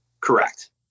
Correct